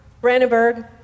brandenburg